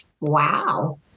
Wow